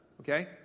Okay